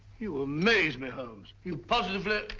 you amaze me, holmes. you're positively.